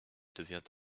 devient